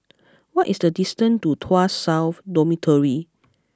what is the distance to Tuas South Dormitory